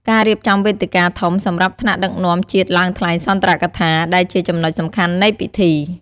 ការរៀបចំវេទិកាធំ សម្រាប់ថ្នាក់ដឹកនាំជាតិឡើងថ្លែងសុន្ទរកថា ដែលជាចំណុចសំខាន់នៃពិធី។